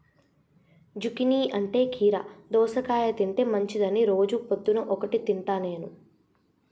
zucchini అంటే కీరా దోసకాయ తింటే మంచిదని రోజు పొద్దున్న ఒక్కటి తింటా నేను